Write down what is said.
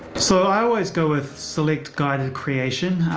so i always go with select guide and creation.